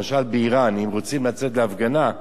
למשל באירן, אם רוצים לצאת להפגנה,